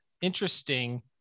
interesting